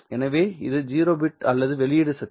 எனவே இது 0 பிட் அல்ல வெளியீட்டு சக்தி